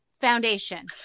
foundation